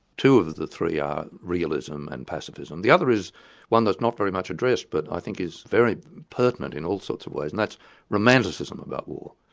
two of the three are realism and pacifism, the other is one that's not very much addressed, but i think is very pertinent in all sorts of ways, and that's romanticism about war.